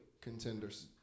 Contenders